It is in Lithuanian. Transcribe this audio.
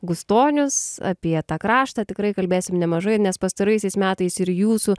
gustonius apie tą kraštą tikrai kalbėsim nemažai nes pastaraisiais metais ir jūsų